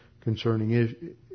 concerning